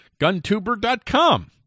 GunTuber.com